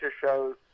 shows